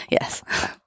yes